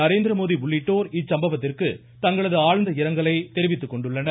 நரேந்திரமோடி உள்ளிட்டோர் இச்சம்பவத்திற்கு தங்களது ஆழ்ந்த இரங்கலை தெரிவித்துக் கொண்டுள்ளனர்